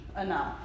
enough